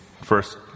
first